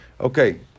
Okay